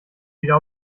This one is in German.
wieder